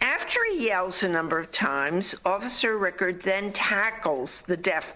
after youse a number of times officer record then tackles the deaf